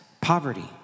poverty